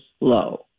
low